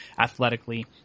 athletically